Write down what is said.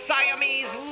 Siamese